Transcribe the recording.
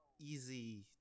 easy